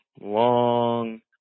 long